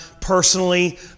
personally